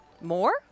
More